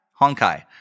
Honkai